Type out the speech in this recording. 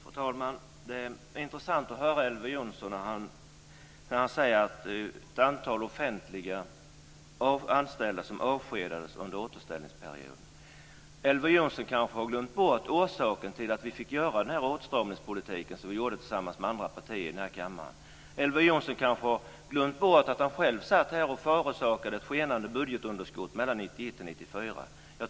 Fru talman! Det är intressant att höra Elver Jonsson när han säger att ett antal offentliganställda avskedades under återställningsperioden. Elver Jonsson kanske har glömt bort orsaken till att vi fick föra den åtstramningspolitik som vi förde tillsammans med andra partier i den här kammaren. Elver Jonsson kanske har glömt bort att han själv satt här och förorsakade ett skenande budgetunderskott under åren 1991-1994.